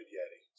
Yeti